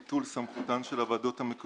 עד כדי ביטול סמכותן של הוועדות המקומיות